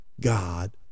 God